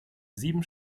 sieben